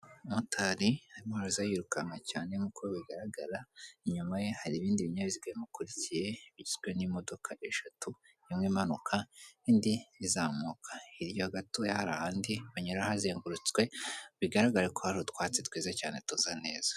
Umu motari arimo yirukanka cyane nk'uko bigaragara inyuma ye hari ibindi binyabiziga bimukurikiye bigizwe n'imodoka eshatu, imwe imanuka indi izamuka, hirya gato harihandi banyura hazengurutswe bigaraga ko hari utwatsi twiza cyane dusa neza.